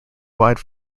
wide